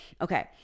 Okay